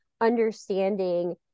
understanding